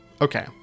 Okay